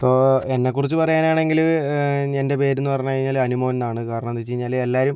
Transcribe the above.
ഇപ്പോൾ എന്നെക്കുറിച്ച് പറയാനാണെങ്കിൽ എന്റെ പേര് എന്ന് പറഞ്ഞ് കഴിഞ്ഞാൽ അനുമോൻ എന്നാണ് കാരണമെന്ന് വെച്ച് കഴിഞ്ഞാൽ എല്ലാവരും